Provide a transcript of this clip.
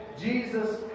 Jesus